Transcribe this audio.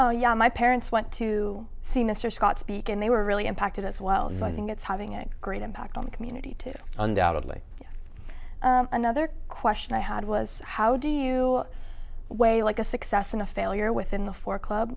oh yeah my parents went to see mr scott speak and they were really impacted us while so i think it's having a great impact on the community too undoubtedly another question i had was how do you weigh like a success and a failure within the four club